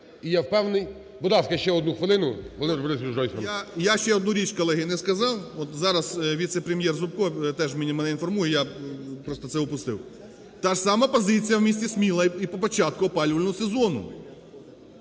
10:40:37 ГРОЙСМАН В.Б. І я ще одну річ, колеги, не сказав. От зараз віце-прем'єр Зубко теж мене інформує, я просто це упустив. Та ж сама позиція в місті Сміла і по початку опалювального сезону.